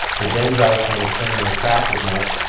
the dendrites don't extend and retract as much.